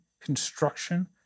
construction